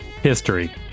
History